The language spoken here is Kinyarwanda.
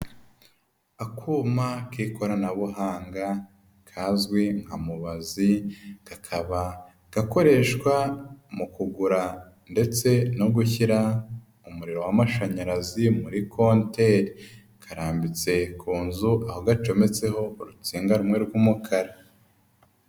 Skuma k'ikoranabuhanga kazwi nka mubazi, kakaba gakoreshwa mu kugura ndetse no gushyira umuriro w'amashanyarazi muri konteri. Karambitse ku nzu, aho gacometseho urutsinga rumwe rw'umukara.